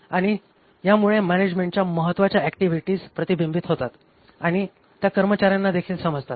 आणि ह्यामुळे मॅनॅजमेण्टच्या महत्वाच्या ऍक्टिव्हिटीज प्रतिबिंबित होतात आणि त्या कर्मचाऱ्यांनादेखील समजतात